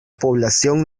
población